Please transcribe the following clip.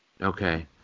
Okay